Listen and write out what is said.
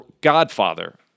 godfather